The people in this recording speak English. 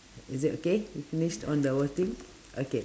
is it okay we finished on the whole thing okay